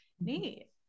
Neat